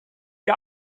die